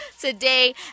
today